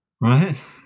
Right